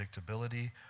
predictability